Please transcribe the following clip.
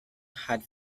had